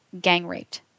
gang-raped